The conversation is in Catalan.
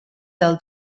del